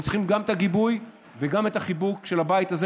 הם צריכים גם את הגיבוי וגם את החיבוק של הבית הזה,